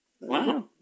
Wow